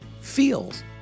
feels